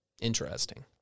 Interesting